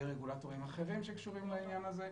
ורגולטורים אחרים שקשורים לעניין הזה.